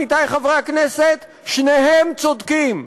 עמיתי חברי הכנסת: שניהם צודקים,